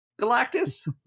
Galactus